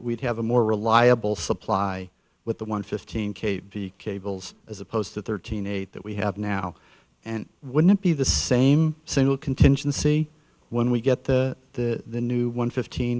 we'd have a more reliable supply with the one fifteen k b cables as opposed to thirteen eight that we have now and wouldn't be the same single contingency when we get the new one fifteen